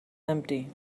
empty